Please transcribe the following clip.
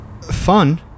fun